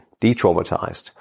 de-traumatized